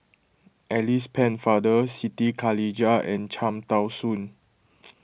Alice Pennefather Siti Khalijah and Cham Tao Soon